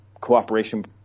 cooperation